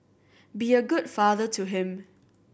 be a good father to him